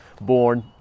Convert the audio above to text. born